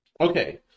Okay